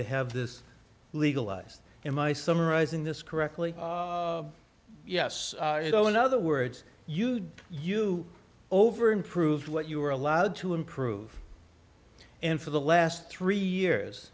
to have this legalized in my summarising this correctly yes you know in other words you did you over improved what you were allowed to improve and for the last three years